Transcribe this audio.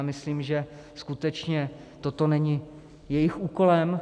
Myslím, že skutečně toto není jejich úkolem.